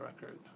record